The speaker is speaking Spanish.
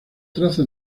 traza